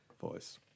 voice